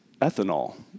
ethanol